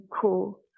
cool